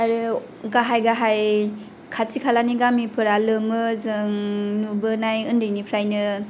आरो गाहाय गाहाय खाथि खालानि गामिफोरा लोमो जों नुबोनाय उन्दैनिफ्रायनो